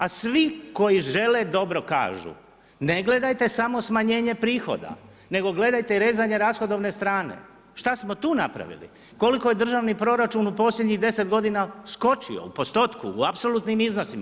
A svi koji žele dobro kažu, ne gledajte samo smanjenje prihoda, nego gledajte i rezanje rashodovne strane, šta smo tu napravili, koliko je državni proračun u posljednjih 10 godina skočio u postotku, u apsolutnim iznosima?